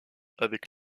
avec